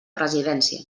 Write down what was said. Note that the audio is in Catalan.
presidència